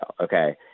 Okay